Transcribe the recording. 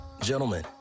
Gentlemen